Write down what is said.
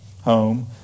home